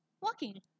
Walking